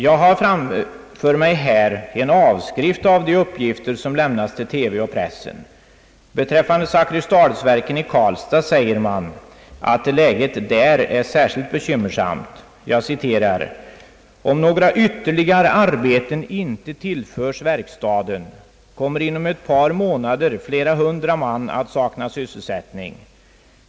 Jag har framför mig här en avskrift av de uppgifter som lämnats till TV och pressen. Beträffande Zakrisdalsverken i Karlstad säger man att läget är särskilt bekymmersamt. »Om några ytterligare arbeten inte tillförs verkstaden kommer inom ett par månader flera hundra man att sakna sysselsättning.